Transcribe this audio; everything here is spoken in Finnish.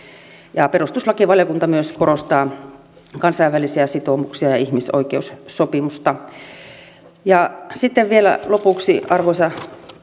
ja perustuslakivaliokunta myös korostaa kansainvälisiä sitoumuksia ja ihmisoikeussopimusta sitten vielä lopuksi arvoisa